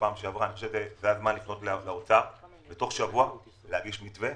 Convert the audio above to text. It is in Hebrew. זה הזמן לפנות לאוצר שתוך שבוע יגיש מתווה